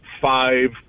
five